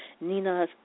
Nina